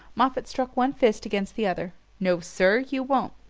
moffatt struck one fist against the other. no, sir you won't!